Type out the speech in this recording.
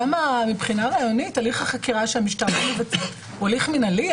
גם מבחינה רעיונית הליך החקירה שהמשטרה מבצעת הוא הליך מינהלי.